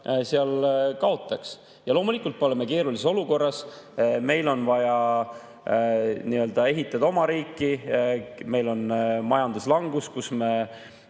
seal kaotaks. Loomulikult me oleme keerulises olukorras. Meil on vaja nii-öelda ehitada oma riiki, meil on majanduslangus, kus me